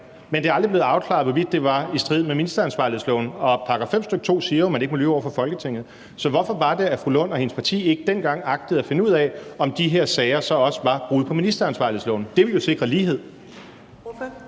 men det er aldrig blevet afklaret, hvorvidt det var i strid med ministeransvarlighedsloven, hvor § 5, stk. 2, jo siger, at man ikke må lyve over for Folketinget. Så hvorfor var det, at fru Rosa Lund og hendes parti ikke dengang agtede at finde ud af, om de her sager så også var brud på ministeransvarlighedsloven, for det ville jo sikre lighed?